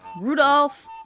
Rudolph